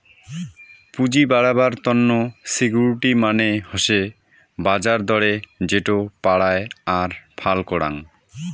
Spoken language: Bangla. পুঁজি বাড়াবার তন্ন সিকিউরিটি মানে হসে বাজার দরে যেটো পারায় আর ফাল করাং